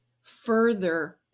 further